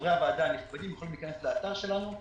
חברי הוועדה הנכבדים יכולים להיכנס לאתר שלנו,